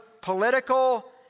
political